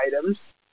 items